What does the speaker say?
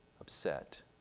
upset